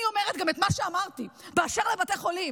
אני אומרת גם את מה שאמרתי באשר לבתי חולים: